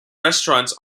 restaurants